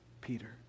Peter